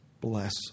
Bless